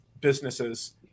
businesses